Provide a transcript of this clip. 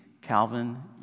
Calvin